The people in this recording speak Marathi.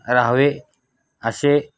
राहावे असे